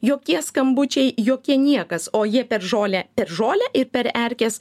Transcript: jokie skambučiai jokie niekas o jie per žolę per žolę ir per erkes